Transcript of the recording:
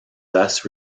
thus